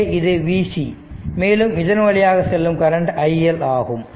எனவே இது Vc மேலும் இதன் வழியாக செல்லும் கரண்ட் i L ஆகும்